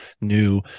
new